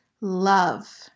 love